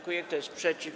Kto jest przeciw?